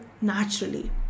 naturally